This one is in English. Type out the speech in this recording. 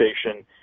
station